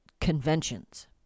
conventions